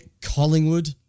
Collingwood